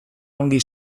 ongi